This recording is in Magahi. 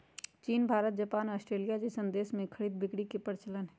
चीन भारत जापान अस्ट्रेलिया जइसन देश में खरीद बिक्री के परचलन हई